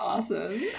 awesome